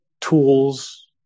tools